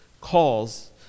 calls